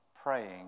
praying